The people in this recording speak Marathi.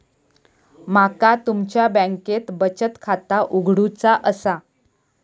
माका तुमच्या बँकेत बचत खाता उघडूचा असा?